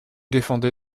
défendez